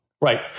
Right